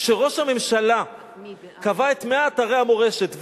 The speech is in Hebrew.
כשראש הממשלה קבע את 100 אתרי המורשת,